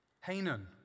Hanan